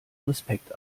respekt